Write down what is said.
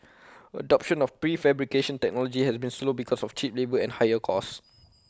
adoption of prefabrication technology has been slow because of cheap labour and higher cost